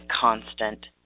constant